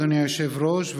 אדוני היושב-ראש,